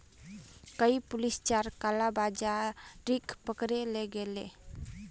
कइल पुलिस चार कालाबाजारिक पकड़े ले गेले